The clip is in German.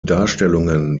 darstellungen